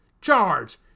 Charge